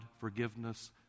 forgiveness